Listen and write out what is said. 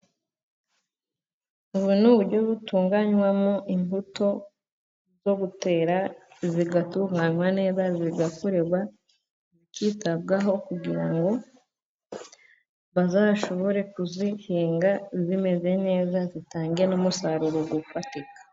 Ubu ni uburyo butunganywamo imbuto zo gutera. Zigatunganywa neza, zigakorerwa zikitabwaho kugira ngo bazashobore kuzihinga zimeze neza, zitange n'umusaruro ufatika.